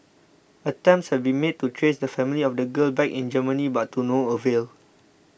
attempts have been made to trace the family of the girl back in Germany but to no avail